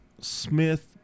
Smith